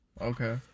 okay